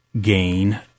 gain